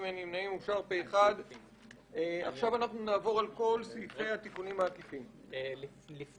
15 ו-16 כולל השינויים שהוסכמו נתקבלו.